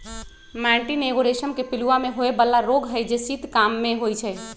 मैटीन एगो रेशम के पिलूआ में होय बला रोग हई जे शीत काममे होइ छइ